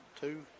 Two